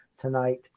tonight